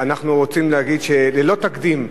אנחנו רוצים להגיד שזה ללא תקדים,